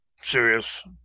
serious